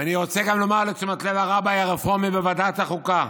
ואני רוצה גם לומר לתשומת לב הרביי הרפורמי בוועדת החוקה,